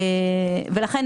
לכן,